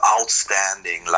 Outstanding